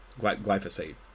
glyphosate